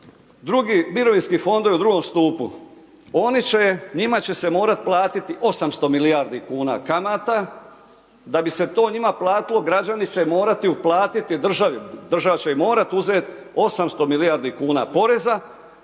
drugi mirovinski fondovi u drugom stupu, njima će se morati platiti 800 milijardi kuna kamata, da bise to njima platilo, građani će morati uplatiti državi, država će im morati uzeti 800 milijardi kuna poreza